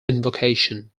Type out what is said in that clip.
invocation